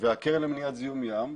והקרן למניעת זיהום ים,